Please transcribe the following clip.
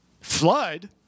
Flood